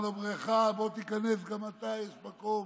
הוא אומר לו: בריכה, בוא תיכנס גם אתה, יש מקום,